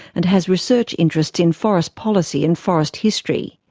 and has research interests in forest policy and forest history.